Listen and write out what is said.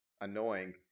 annoying